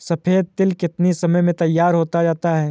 सफेद तिल कितनी समय में तैयार होता जाता है?